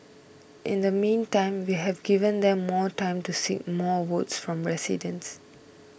in the meantime we have given them more time to seek more votes from residents